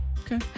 Okay